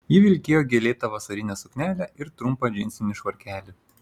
ji vilkėjo gėlėtą vasarinę suknelę ir trumpą džinsinį švarkelį